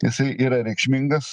jisai yra reikšmingas